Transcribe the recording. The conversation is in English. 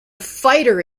fighter